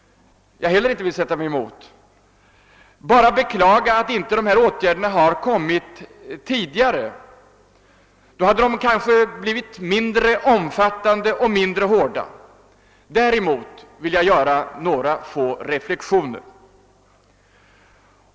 Jag vill bara beklaga att de här åtgärderna inte har vidtagits tidigare — då hade de kanske blivit mindre omfattande och mindre hårda. Däremot vill jag göra några få reflexioner.